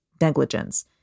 negligence